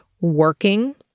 working